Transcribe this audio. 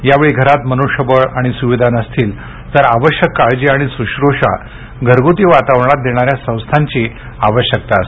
यावेळी घरात मनुष्यबळ आणि सुविधा नसतील तर आवश्यक काळजी आणि सुश्रषा घरगुती वातावरणात देणाऱ्या संस्थांची आवश्यकता आहे